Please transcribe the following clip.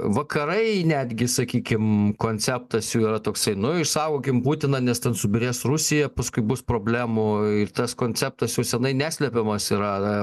vakarai netgi sakykim konceptas jų yra toksai nu išsaugokim putiną nes ten subyrės rusija paskui bus problemų ir tas konceptas jau seniai neslepiamas yra